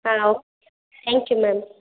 ಹಾಂ okay thank you ma'am